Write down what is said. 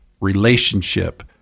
relationship